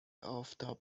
آفتاب